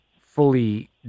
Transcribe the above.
fully